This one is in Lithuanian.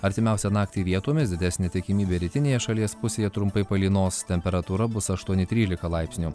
artimiausią naktį vietomis didesnė tikimybė rytinėje šalies pusėje trumpai palynos temperatūra bus aštuoni trylika laipsnių